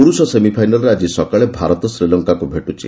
ପୁରୁଷ ସେମିଫାଇନାଲ୍ରେ ଆଜି ସକାଳେ ଭାରତ ଶ୍ରୀଲଙ୍କାକୁ ଭେଟୁଛି